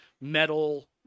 metal